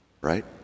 right